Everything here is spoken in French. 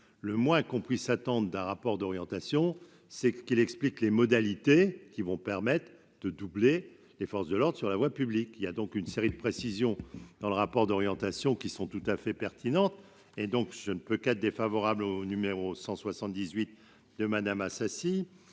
le moins qu'on puisse attendre d'un rapport d'orientation, c'est qu'il explique les modalités qui vont permettre de doubler les forces de l'Ordre sur la voie publique, il y a donc une série de précision dans le rapport d'orientation qui sont tout à fait pertinente, et donc je ne peux quatre défavorable au numéro 178 de Madame Assassi,